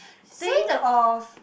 think of